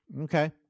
Okay